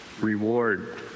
reward